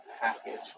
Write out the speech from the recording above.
package